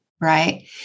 right